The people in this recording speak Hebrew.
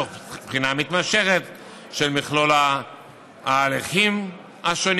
"תוך בחינה מתמשכת של מכלול ההליכים השונים